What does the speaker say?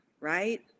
right